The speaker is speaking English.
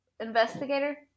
Investigator